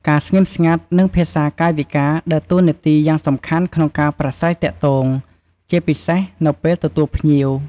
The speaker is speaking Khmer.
ការស្ងៀមស្ងាត់ និងភាសាកាយវិការដើរតួនាទីយ៉ាងសំខាន់ក្នុងការប្រាស្រ័យទាក់ទង ជាពិសេសនៅពេលទទួលភ្ញៀវ។